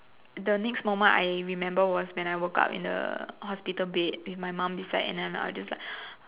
the next moment I remember was when I woke up in the hospital bed with my mum beside and then I just like